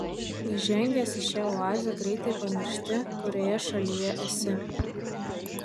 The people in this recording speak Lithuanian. įžengęs į šią oazę greitai pamiršti kurioje šalyje esi